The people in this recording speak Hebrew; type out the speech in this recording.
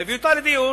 מביא אותה לדיון,